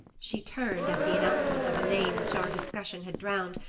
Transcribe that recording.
she turned at the announcement of a name which our discussion had drowned,